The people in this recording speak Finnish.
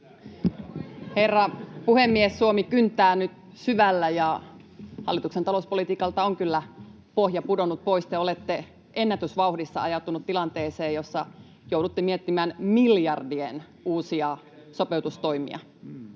Herra puhemies! Suomi kyntää nyt syvällä, ja hallituksen talouspolitiikalta on kyllä pohja pudonnut pois. Te olette ennätysvauhdissa ajautuneet tilanteeseen, jossa joudutte miettimään miljardien uusia sopeutustoimia